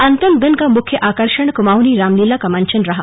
अन्तिम दिन का मुख्य आकर्षण कुमाऊंनी रामलीला का मंचन रहा